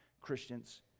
Christians